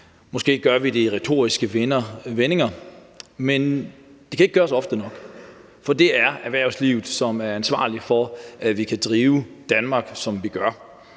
Måske gør vi det i retoriske vendinger, men det kan ikke gøres ofte nok, for det er erhvervslivet, som er ansvarlig for, at vi kan drive Danmark, som vi gør.